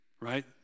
Right